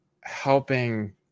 helping